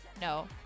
No